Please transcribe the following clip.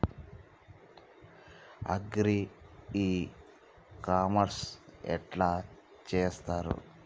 Agri e commerce ఎట్ల చేస్తరు?